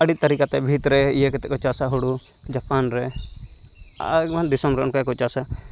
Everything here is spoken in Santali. ᱟᱹᱰᱤ ᱛᱟᱨᱤᱠᱟᱛᱮ ᱵᱷᱤᱛᱨᱮ ᱤᱭᱟᱹ ᱠᱟᱛᱮᱫᱠᱚ ᱪᱟᱥᱟ ᱦᱩᱲᱩ ᱡᱟᱯᱟᱱᱨᱮ ᱟᱭᱢᱟ ᱫᱤᱥᱚᱢᱨᱮ ᱚᱱᱠᱟᱜᱮᱠᱚ ᱪᱟᱥᱟ